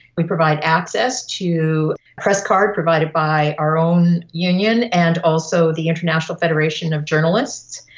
we provide access to press card provided by our own union and also the international federation of journalists.